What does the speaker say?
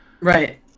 Right